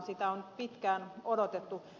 sitä on pitkään odotettu